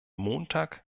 montag